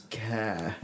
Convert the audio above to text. care